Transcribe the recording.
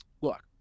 Look